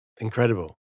Incredible